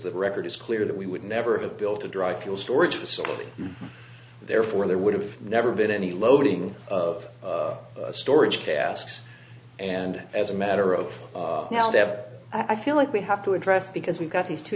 the record is clear that we would never have built a dry fuel storage facility therefore there would have never been any loading of storage tasks and as a matter of step i feel like we have to address because we've got these two